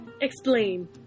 Explain